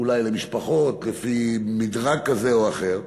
אולי למשפחות, לפי מדרג כזה או אחר,